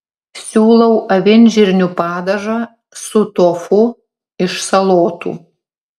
siūlau avinžirnių padažą su tofu iš salotų